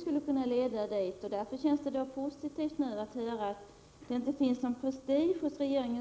skulle kunna leda dithän. Därför är det positivt att höra att detta inte är någon prestigefråga för regeringen.